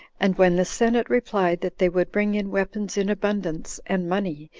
and when the senate replied that they would bring in weapons in abundance, and money,